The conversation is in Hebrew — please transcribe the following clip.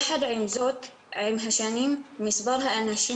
יחד עם זאת עם השנים מספר האנשים